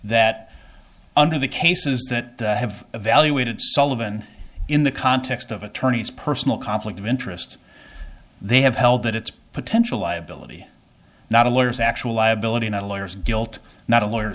that under the cases that have evaluated sullivan in the context of attorneys personal conflict of interest they have held that it's potential liability not a lawyers actual liability not a lawyers guilt not a